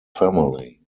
family